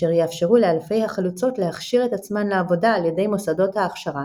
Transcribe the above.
אשר יאפשרו לאלפי החלוצות להכשיר את עצמן לעבודה על ידי מוסדות ההכשרה,